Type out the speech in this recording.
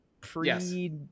pre